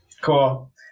cool